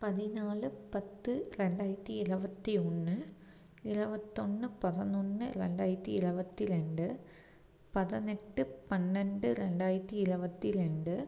பதினாலு பத்து ரெண்டாயிரத்தி இரபத்தி ஒன்று இரபத்தொன்னு பதினொன்று ரெண்டாயிரத்தி இரபத்தி ரெண்டு பதினெட்டு பன்னெண்டு ரெண்டாயிரத்தி இரபத்தி ரெண்டு